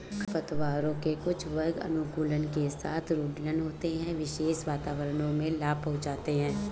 खरपतवारों के कुछ वर्ग अनुकूलन के साथ रूडरल होते है, विशेष वातावरणों में लाभ पहुंचाते हैं